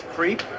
Creep